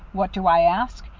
what do i ask?